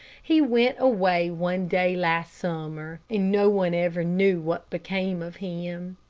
he went away one day last summer, and no one ever knew what became of him.